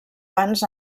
vans